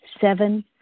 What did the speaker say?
Seven